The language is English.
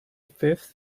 fifth